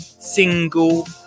single